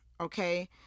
Okay